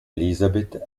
elizabeth